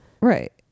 Right